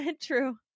True